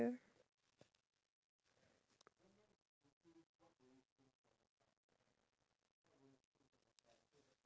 explain to them how this straw is being made so that they can actually produce more of those straws so that it will be much more easier for them